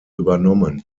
übernommen